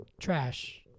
trash